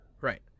Right